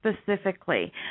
specifically